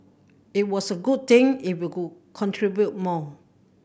it was a good thing if you could contribute more